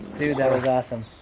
that was awesome